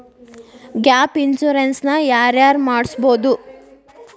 Gap insurance ನ ಯಾರ್ ಯಾರ್ ಮಡ್ಸ್ಬೊದು?